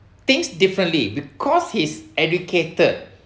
thinks differently because he's is educated